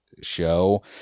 show